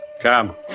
Come